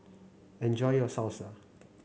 enjoy your Salsa